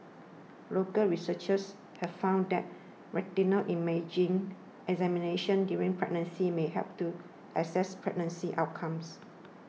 local researchers have found that retinal imaging examinations during pregnancy may help to assess pregnancy outcomes